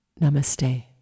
Namaste